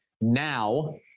now